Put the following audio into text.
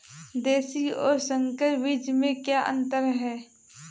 देशी और संकर बीज में क्या अंतर है?